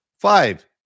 Five